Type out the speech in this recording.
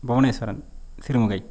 Bhuvaneswaran Sirumugai